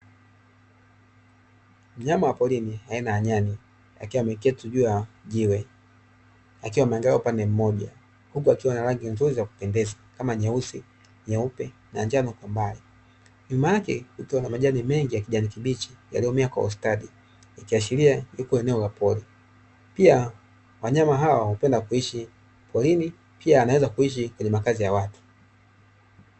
Mnyama wa porini aina ya nyani, akiwa ameketi juu ya jiwe akiwa ameangalia upande mmoja, huku akiwa na rangi nzuri za kupendeza kama: nyeusi, nyeupe na njano kwa mbali. Nyuma yake kukiwa na majani mengi ya kijani kibichi yaliyomea kwa ustadi ikiashiria yuko eneo la pori. Pia wanyama hawa hupenda kuishi porini, pia anaweza kuishi kwenye makazi ya watu.